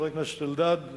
חבר הכנסת אלדד,